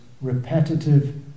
repetitive